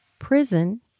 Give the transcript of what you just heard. prison